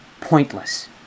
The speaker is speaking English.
pointless